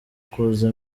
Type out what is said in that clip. kuza